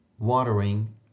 watering